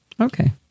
Okay